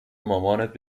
مامانت